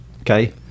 okay